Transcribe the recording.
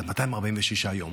אז 246 יום.